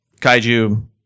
kaiju